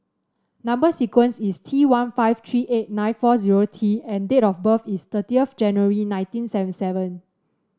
number sequence is T one five three eight nine four zero T and date of birth is thirty January nineteen seventy seven